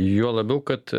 juo labiau kad